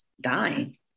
dying